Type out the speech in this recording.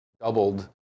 doubled